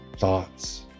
thoughts